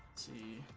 see